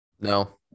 No